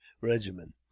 regimen